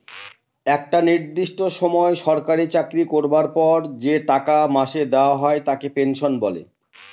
একটা নির্দিষ্ট সময় সরকারি চাকরি করবার পর যে টাকা মাসে দেওয়া হয় তাকে পেনশন বলে